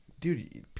dude